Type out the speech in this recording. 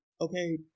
okay